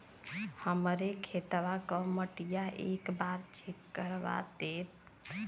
हमरे खेतवा क मटीया एक बार चेक करवा देत?